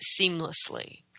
seamlessly